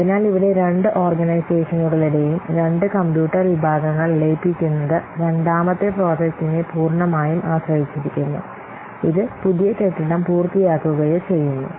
അതിനാൽ ഇവിടെ രണ്ട് ഓർഗനൈസേഷനുകളുടെയും രണ്ട് കമ്പ്യൂട്ടർ വിഭാഗങ്ങൾ ലയിപ്പിക്കുന്നത് രണ്ടാമത്തെ പ്രോജക്റ്റിനെ പൂർണമായും ആശ്രയിച്ചിരിക്കുന്നു ഇത് പുതിയ കെട്ടിടം പൂർത്തിയാക്കുകയോ ചെയ്യുന്നു